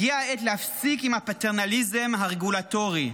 הגיעה העת להפסיק עם הפטרנליזם הרגולטורי.